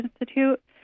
Institute